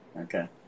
Okay